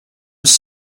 was